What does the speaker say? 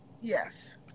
Yes